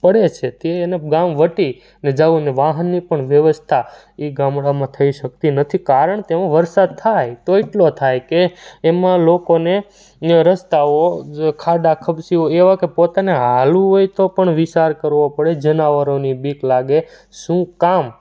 પડે છે તે એને ગામ વટીને જવું ને વાહનની પણ વ્યવસ્થા એ ગામડામાં થઈ શકતી નથી કારણ તેમાં વરસાદ થાય તો એટલો થાય કે એમાં લોકોને એ રસ્તાઓ જે ખાડા કપચીઓ એવા કે પોતાને ચાલવું હોય તો પણ વિચાર કરવો પડે જાનવરોની બીક લાગે શું કામ